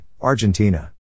Argentina